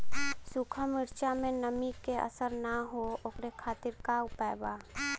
सूखा मिर्चा में नमी के असर न हो ओकरे खातीर का उपाय बा?